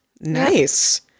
nice